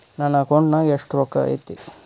ನನ್ನ ಅಕೌಂಟ್ ನಾಗ ಎಷ್ಟು ರೊಕ್ಕ ಐತಿ?